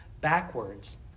backwards